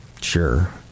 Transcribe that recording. Sure